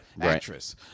Actress